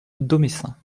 domessin